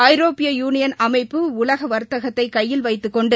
ஐரோப்பிய யுனியன் அமைப்பு உலக வா்த்தகத்தை கையில் வைத்துக் கொண்டு